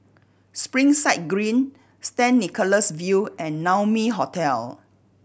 Springside Green Saint Nicholas View and Naumi Hotel